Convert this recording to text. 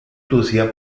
producida